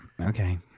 okay